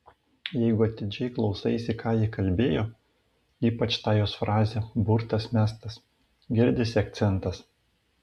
jeigu atidžiai klausaisi ką ji kalbėjo ypač tą jos frazę burtas mestas girdisi akcentas